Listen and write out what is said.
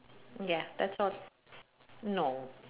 ya that's all no